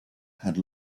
had